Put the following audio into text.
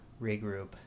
regroup